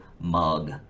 mug